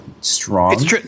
strong